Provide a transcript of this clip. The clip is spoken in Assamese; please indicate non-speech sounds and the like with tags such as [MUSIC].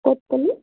[UNINTELLIGIBLE]